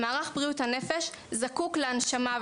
מערך בריאות הנפש זקוק להנשמה.